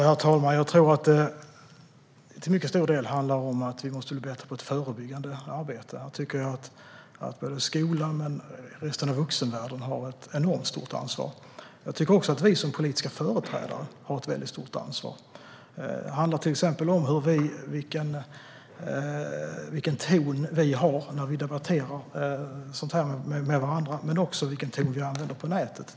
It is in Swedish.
Herr talman! Jag tror att det till mycket stor del handlar om att vi måste bli bättre på förebyggande arbete. Jag tycker att både skolan och resten av vuxenvärlden har ett enormt stort ansvar. Jag tycker också att vi som politiska företrädare har ett väldigt stort ansvar. Det handlar till exempel om vilken ton vi har när vi debatterar sådant här med varandra, men också vilken ton vi använder på nätet.